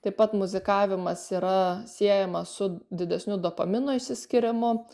taip pat muzikavimas yra siejamas su didesniu dopamino išsiskyrimu